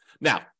Now